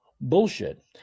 bullshit